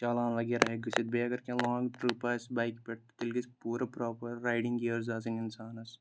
چالان وَغیرَہ ہیکہِ گٔژھِتھ بیٚیہِ اگر کینٛہہ لانٛگ ٹِرٛپ آسہِ بایِکہِ پٮ۪ٹھ تیٚلہِ گَژھِ پوٗرٕ پرٛوپر رایِڈِنٛگ گیرٕس آسٕنۍ اِنسانَس